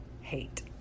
hate